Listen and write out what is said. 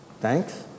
Thanks